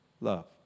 love